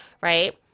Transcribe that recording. right